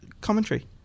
commentary